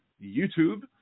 YouTube